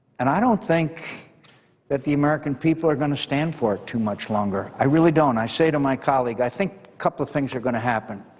and i don't think that the american people are going to stand for it too much longer. i really don't. i say to my colleague i think a couple of things are going to happen.